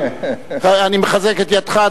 אני מחזק את ידך,